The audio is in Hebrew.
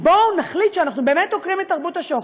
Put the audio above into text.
בואו נחליט שאנחנו עוקרים את תרבות השוחד.